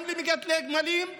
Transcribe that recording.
גם למגדלי גמלים,